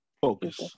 Focus